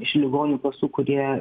iš ligonių kasų kurie